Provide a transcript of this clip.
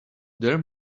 there